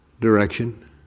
direction